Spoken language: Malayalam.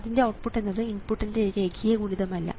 അതിന്റെ ഔട്ട്പുട്ട് എന്നത് ഇൻപുട്ടിന്റെ രേഖീയ ഗുണിതമല്ല